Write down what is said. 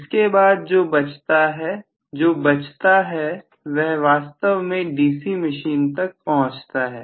इसके बाद जो बचता है जो बचता है वह वास्तव में डीसी मशीन तक पहुंचता है